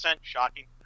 shocking